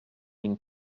une